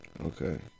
Okay